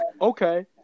Okay